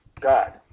God